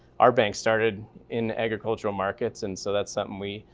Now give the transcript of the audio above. our bank started in agricultural markets and so that's something we,